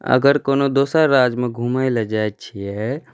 अगर कोनो दोसर राज्यमे घुमैलए जाइ छिए